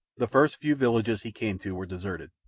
the first few villages he came to were deserted,